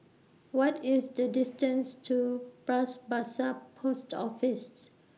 What IS The distance to Bras Basah Post Offices